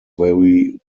very